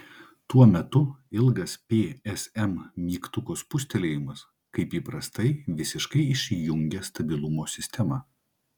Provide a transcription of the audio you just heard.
tuo metu ilgas psm mygtuko spustelėjimas kaip įprastai visiškai išjungia stabilumo sistemą